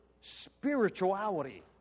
spirituality